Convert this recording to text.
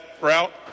route